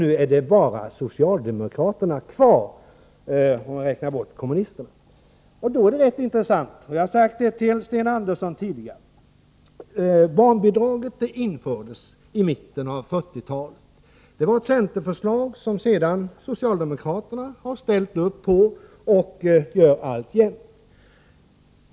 Nu är det bara socialdemokraterna kvar, om jag räknar bort kommunisterna. Då är det rätt intressant att erinra om följande, som jag tidigare har sagt till Sten Andersson. Barnbidraget infördes i mitten av 1940-talet. Det var ett centerförslag som sedan socialdemokraterna ställde sig bakom — och alltjämt stöder.